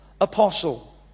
apostle